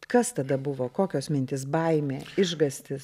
kas tada buvo kokios mintys baimė išgąstis